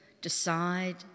decide